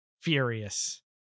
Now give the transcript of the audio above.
furious